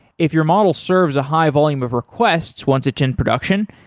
if your model serves a high volume of requests once it's in production,